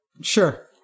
Sure